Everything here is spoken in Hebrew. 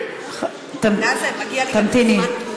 תמתיני.